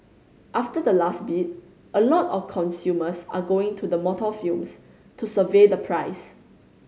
after the last bid a lot of consumers are going to the motor films to survey the price